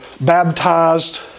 baptized